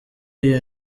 iyo